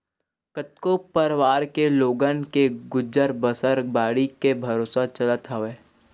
कतको परवार के लोगन के गुजर बसर बाड़ी के भरोसा चलत हवय